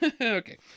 Okay